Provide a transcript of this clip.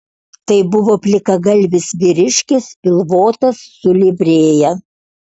tai buvo plikagalvis vyriškis pilvotas su livrėja